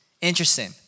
Interesting